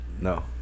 No